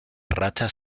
rachas